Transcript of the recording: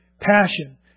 Passion